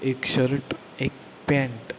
एक शर्ट एक पॅन्ट